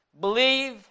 Believe